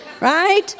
Right